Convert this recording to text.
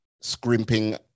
scrimping